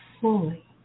fully